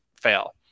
fail